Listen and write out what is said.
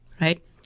Right